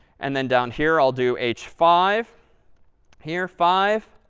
and then down here, i'll do h five here, five.